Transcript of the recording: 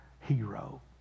hero